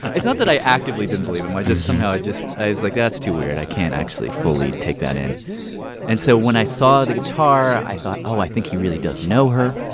it's not that i actively didn't believe him. i just somehow it just i was like, that's too weird. i can't actually fully take that in and so when i saw the guitar, i thought oh, i think he really does know her.